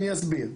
אני אסביר.